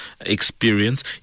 experience